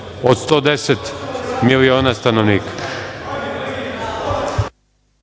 od 110 miliona stanovnika.